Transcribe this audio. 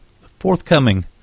forthcoming